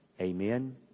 Amen